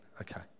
Okay